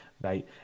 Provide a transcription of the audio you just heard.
right